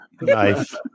Nice